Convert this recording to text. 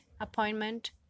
appointment